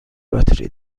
باتری